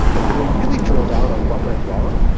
but when we really drill down on what went wrong,